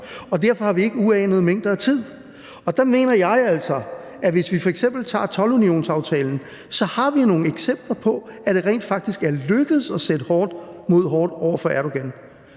og derfor har vi ikke uanede mængder af tid. Der mener jeg altså, at hvis vi f.eks. tager toldunionsaftalen, har vi nogle eksempler på, at det rent faktisk er lykkedes at sætte hårdt mod hårdt over for Erdogan.